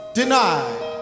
denied